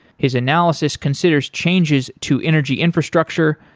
his analysis considers changes to energy infrastructure,